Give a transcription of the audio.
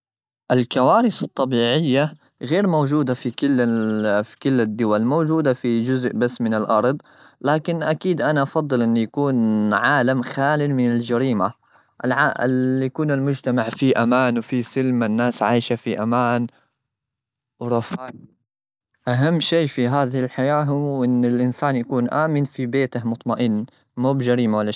الكوارث الطبيعية غير موجودة في كل ال-الدول، موجودة في جزء بس من الأرض. لكن أكيد، أنا أفضل إنه يكون عالم خالا من الجريمة، الع-اللي يكون المجتمع فيه أمان وفيه سلم. الناس عايشة في أمان وفي. أهم شيء في هذه الحياة هو إن الإنسان يكون آمن في بيته مطمئن. مو بجريمة، و.